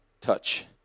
touch